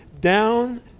down